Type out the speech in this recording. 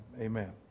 Amen